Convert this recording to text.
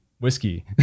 whiskey